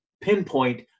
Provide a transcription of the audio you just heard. pinpoint